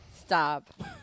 Stop